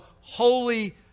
holy